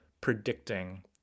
predicting